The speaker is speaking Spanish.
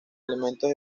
elementos